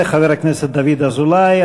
תודה לחבר הכנסת דוד אזולאי.